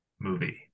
movie